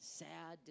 sad